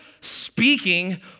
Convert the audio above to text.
speaking